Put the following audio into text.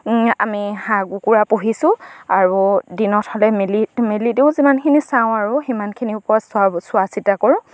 আমি হাঁহ কুকুৰা পুহিছোঁ আৰু দিনত হ'লে মেলি মেলি দিওঁ যিমানখিনি চাওঁ আৰু সিমানখিনিৰ ওপৰত চোৱা চিতা কৰোঁ